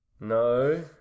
No